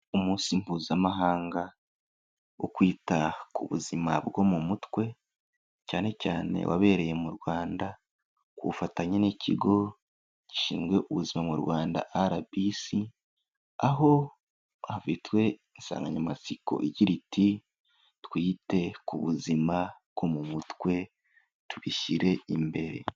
Umunsi Mpuzamahanga wo kwita ku buzima bwo mu mutwe cyane cyane wabereye mu Rwanda ku bufatanye n'ikigo gishinzwe ubuzima mu Rwanda RBC, aho hafitwe insanganyamatsiko igira iti twite ku buzima bwo mu mutwe tubishyire imbere.